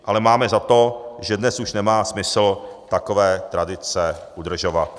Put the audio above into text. Ale máme za to, že dnes už nemá smysl takové tradice udržovat.